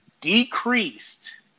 decreased